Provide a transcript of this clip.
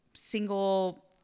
single